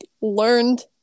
learned